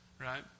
right